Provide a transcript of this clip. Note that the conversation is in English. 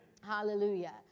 Hallelujah